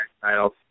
titles